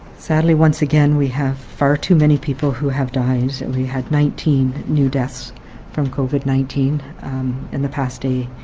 sadly, once again, we have far too many people who have died. and we had nineteen new deaths from covid nineteen in the past day,